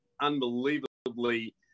unbelievably